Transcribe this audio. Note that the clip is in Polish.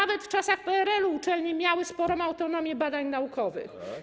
Nawet w czasach PRL-u uczelnie miały sporą autonomię badań naukowych.